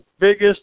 biggest